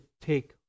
take